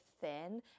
thin